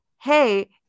hey